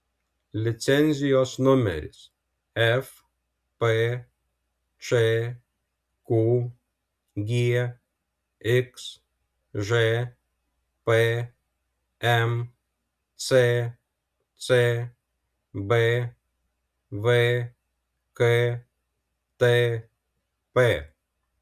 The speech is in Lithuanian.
licenzijos numeris fpčq gxžp mccb vktp